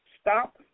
stop